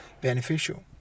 beneficial